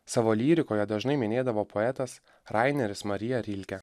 savo lyrikoje dažnai minėdavo poetas raineris marija rilkė